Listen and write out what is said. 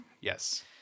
Yes